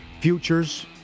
futures